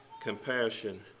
compassion